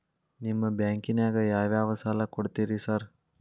ನಿಮ್ಮ ಬ್ಯಾಂಕಿನಾಗ ಯಾವ್ಯಾವ ಸಾಲ ಕೊಡ್ತೇರಿ ಸಾರ್?